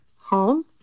home